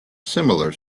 similar